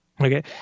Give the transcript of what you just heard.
Okay